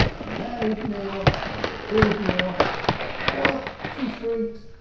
i'm married now. i can't afford more what! she shrieked,